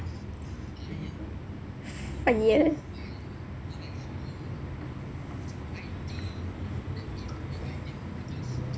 ah yea